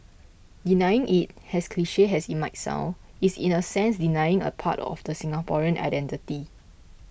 denying it as cliche as it might sound is in a sense denying a part of the Singaporean identity